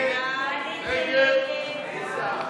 ההסתייגות של חבר הכנסת